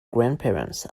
grandparents